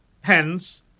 hence